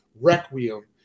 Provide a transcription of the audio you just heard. requiem